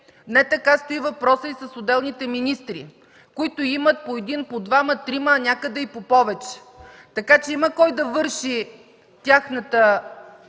не така стои въпросът и с отделните министри, които имат по един, по двама, трима, а някъде и по повече заместници. Така че има кой да върши тяхната